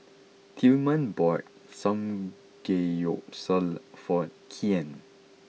Tilman bought Samgeyopsal for Kian